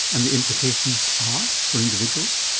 and the implications are for individuals?